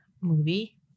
movie